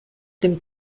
dem